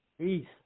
Peace